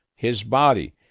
his body,